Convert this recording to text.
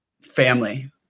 Family